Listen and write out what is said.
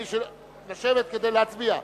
לשבת כדי להצביע.